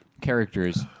characters